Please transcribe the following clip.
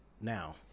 now